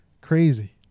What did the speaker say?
crazy